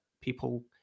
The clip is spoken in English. people